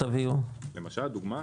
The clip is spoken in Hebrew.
לדוגמה: